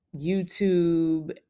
YouTube